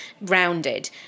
rounded